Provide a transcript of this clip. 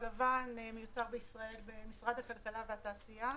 לבן מיוצר בישראל במשרד הכלכלה והתעשייה.